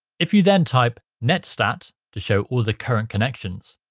if you then type netstat to show all the current connections.